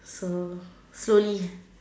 so slowly